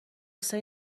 غصه